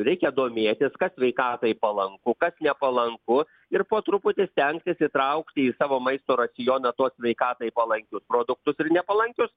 reikia domėtis kas sveikatai palanku kas nepalanku ir po truputį stengtis įtraukti į savo maisto racioną tuos sveikatai palankius produktus ir nepalankius